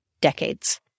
decades